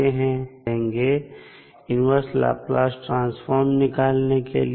यहां हम वही टेक्निक का प्रयोग करेंगे इन्वर्स लाप्लास ट्रांसफॉर्म निकालने के लिए